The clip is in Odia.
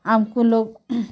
ଆମ୍କୁ ଲୋକ୍